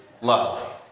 love